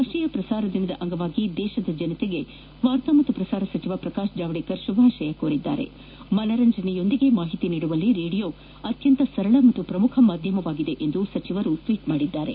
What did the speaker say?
ರಾಷ್ಟೀಯ ಪ್ರಸಾರ ದಿನದ ಅಂಗವಾಗಿ ದೇಶದ ಜನತೆಗೆ ವಾರ್ತಾ ಮತ್ತು ಪ್ರಸಾರ ಸಚಿವ ಪ್ರಕಾಶ್ ಜಾವಡೇಕರ್ ಶುಭ ಕೋರಿದ್ದು ಮನರಂಜನೆಯೊಂದಿಗೆ ಮಾಹಿತಿ ನೀಡುವಲ್ಲಿ ರೇಡಿಯೊ ಅತಿ ಸರಳ ಮತ್ತು ಪ್ರಮುಖ ಮಾಧ್ಯಮವಾಗಿದೆ ಎಂದು ಟ್ವೀಟ್ ಮಾಡಿದ್ದಾರೆ